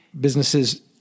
businesses